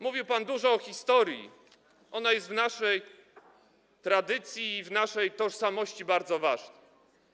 Mówił pan dużo o historii, ona jest w naszej tradycji i naszej tożsamości bardzo ważna.